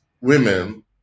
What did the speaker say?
women